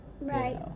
Right